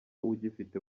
ugifite